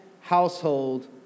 household